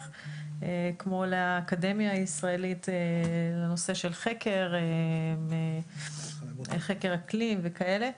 כמו לאקדמיה הישראלית לנושא של חקר אקלים וכאלה.